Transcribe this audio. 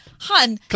Hun